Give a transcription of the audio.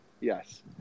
Yes